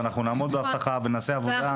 ואנחנו נעמוד בהבטחה ונעשה עבודה כמו שצריך.